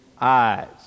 eyes